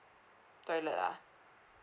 toilet ah